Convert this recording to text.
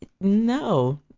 No